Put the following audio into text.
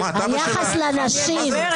אני משתדל למרות הניסיונות